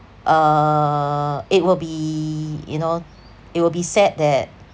uh it will be you know it will be said that